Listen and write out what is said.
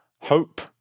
hope